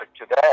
today